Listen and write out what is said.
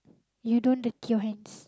you don't dirty your hands